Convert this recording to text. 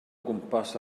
gwmpas